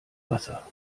wasser